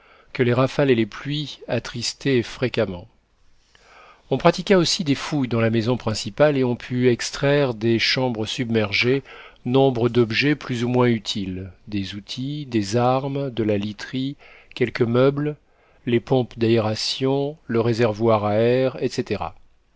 que les rafales et les pluies attristaient fréquemment on pratiqua aussi des fouilles dans la maison principale et on put extraire des chambres submergées nombre d'objets plus ou moins utiles des outils des armes de la literie quelques meubles les pompes d'aération le réservoir à air etc